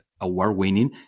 award-winning